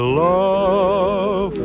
love